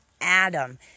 Adam